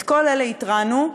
על כל אלה התרענו,